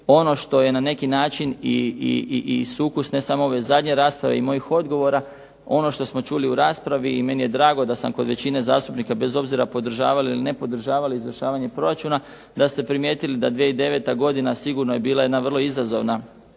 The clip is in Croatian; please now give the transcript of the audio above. Ono što je na neki način i sukus ne samo ove zadnje rasprave i mojih odgovora, ono što smo čuli u raspravi i meni je drago da sam kod većine zastupnika, bez obzira podržavali ili ne podržavali izvršavanje proračuna, da ste primjetili da 2009. godina sigurno je bila jedna vrlo izazovna